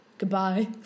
goodbye